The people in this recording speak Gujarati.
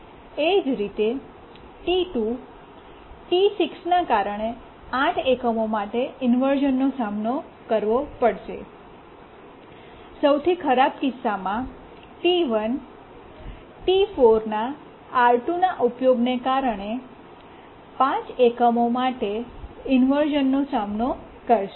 એ જ રીતે T2 T6 ના કારણે 8 એકમો માટે ઇન્વર્શ઼નનો સામનો કરવો પડશેસૌથી ખરાબ કિસ્સામાં T1 T4 ના R2 ના ઉપયોગને કારણે પાંચ એકમો માટે ઇન્વર્શ઼નનો સામનો કરવો પડશે